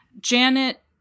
Janet